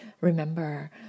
Remember